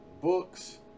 books